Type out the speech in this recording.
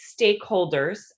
stakeholders